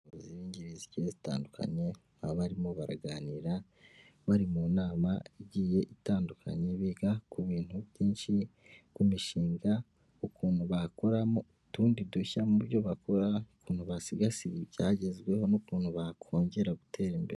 Izi ni ingeri zigiye zitandukanye, aho barimo baraganira, bari mu nama igiye itandukanye biga ku bintu byinshi, ku mishinga ukuntu bakoramo utundi dushya mu byo bakora, ukuntu basigasira ibyagezweho, n'ukuntu bakongera gutera imbere.